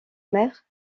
mère